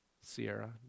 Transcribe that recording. Sierra